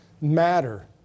matter